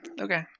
Okay